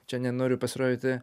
čia nenoriu pasirodyti